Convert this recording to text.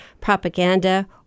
propaganda